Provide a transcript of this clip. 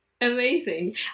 Amazing